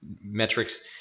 metrics